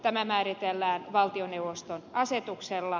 ne päätetään valtioneuvoston asetuksella